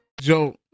joe